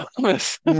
promise